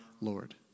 Lord